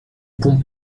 pont